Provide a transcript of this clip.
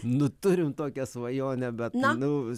nu turim tokią svajonę bet nu